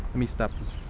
let me stop this.